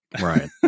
Right